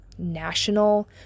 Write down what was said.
national